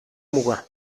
muga